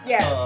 Yes